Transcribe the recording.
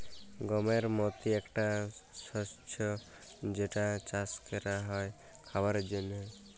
গমের মতি একটা শস্য যেটা চাস ক্যরা হ্যয় খাবারের জন্হে